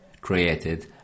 created